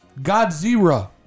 Godzilla